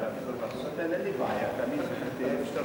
לי בעיה, איפה שאתה רוצה.